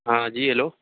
ہاں جی ہلو